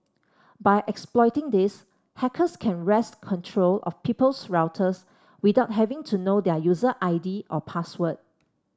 by exploiting this hackers can wrest control of people's routers without having to know their user I D or password